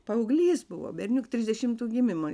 paauglys buvo berniuk trisdešimtų gimimo